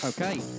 Okay